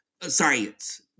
science